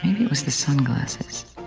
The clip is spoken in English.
it was the sunglasses.